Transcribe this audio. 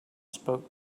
spoke